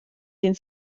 den